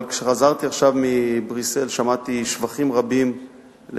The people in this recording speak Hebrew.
כשחזרתי עכשיו מבריסל שמעתי שבחים רבים על